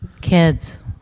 Kids